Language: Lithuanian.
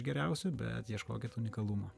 geriausių bet ieškokit unikalumo